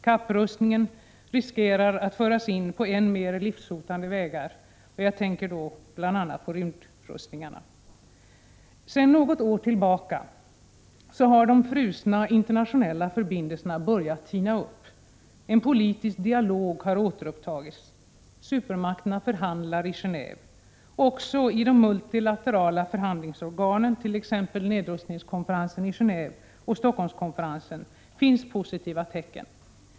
Kapprustningen riskerar att föras in på än mer livshotande vägar — jag tänker då bl.a. på rymdrustningarna. Sedan något år tillbaka har de frusna internationella förbindelserna börjat tina upp. En politisk dialog har återupptagits. Supermakterna förhandlar i Genéve. Också i de multilaterala förhandlingsorganen, t.ex. nedrustningskonferensen i Gendve och Helsingforsskonferensen, finns positiva tecken.